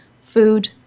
food